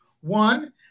One